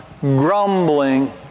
grumbling